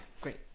great